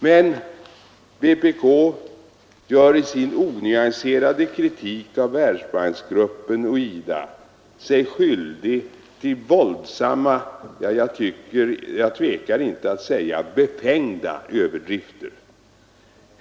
Men vpk gör i sin onyanserade kritik av Världsbanksgruppen och IDA sig skyldig till våldsamma, jag tvekar inte att säga befängda överdrifter.